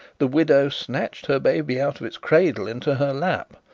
the widow snatched her baby out of its cradle into her lap,